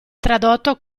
tradotto